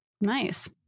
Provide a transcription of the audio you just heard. Nice